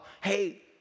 hey